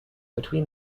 between